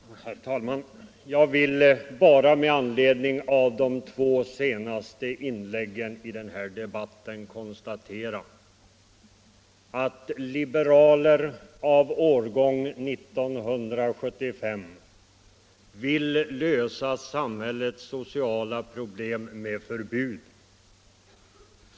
Herr talman! Jag vill bara med anledning av de två senaste inläggen i den här debatten konstatera att liberaler av årgång 1975 vill lösa samhällets sociala problem med förbud.